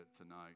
tonight